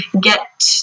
get